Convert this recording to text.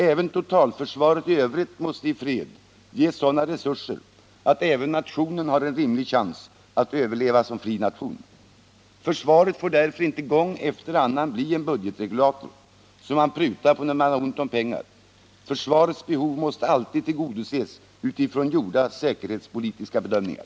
Även totalförsvaret i övrigt måste i fred ges resurser så att nationen har en rimlig chans att överleva som fri nation. Försvaret får därför inte gång efter annan bli en budgetregulator, som man prutar på när det är ont om pengar. Försvarets behov måste alltid tillgodoses utifrån gjorda säkerhetspolitiska bedömningar.